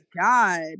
god